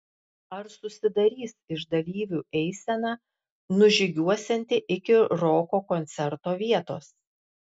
ar susidarys iš dalyvių eisena nužygiuosianti iki roko koncerto vietos